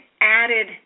added